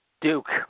Duke